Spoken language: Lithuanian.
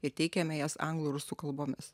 ir teikiame jas anglų rusų kalbomis